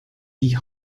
die